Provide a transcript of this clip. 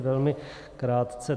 Velmi krátce.